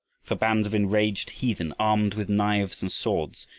for bands of enraged heathen, armed with knives and swords,